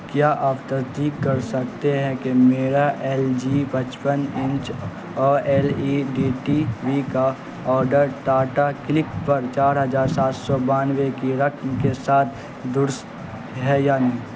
کیا آپ تصدیق کر سکتے ہیں کہ میرا ایل جی پچپن inch O L E D T V کا آڈر ٹاٹا کلک پر چار ہزار سات سو بانوے کی رقم کے ساتھ درست ہے یا نہیں